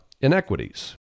inequities